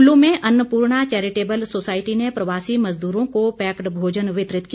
कुल्लू में Annapurna charitable society ने प्रवासी मजदूरों को पैक्ड भोजन वितरित किया